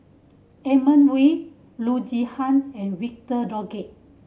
Edmund Wee Loo Zihan and Victor Doggett